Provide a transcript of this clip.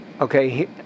Okay